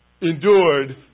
endured